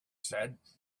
said